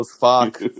fuck